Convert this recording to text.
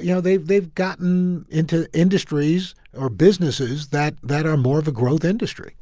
you know, they've they've gotten into industries or businesses that that are more of a growth industry